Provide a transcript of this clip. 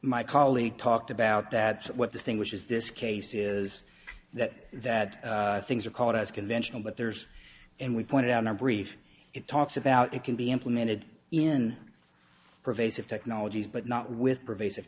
my colleague talked about that so what distinguishes this case is that that things are called as conventional but there's and we pointed out in our brief it talks about it can be implemented in pervasive technologies but not with pervasive